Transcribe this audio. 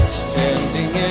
standing